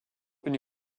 une